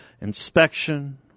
Inspection